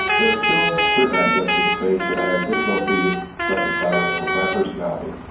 there are still certain aspects to the faith that i have difficulty reconciling with my personality,